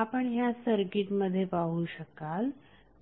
आपण ह्या सर्किटमध्ये पाहू शकाल